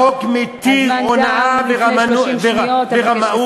החוק מתיר הונאה ורמאות,